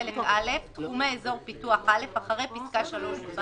בחלק א', תחומי אזור פיתוח א',אחרי פסקה (3) בא